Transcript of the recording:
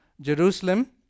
Jerusalem